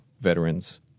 veterans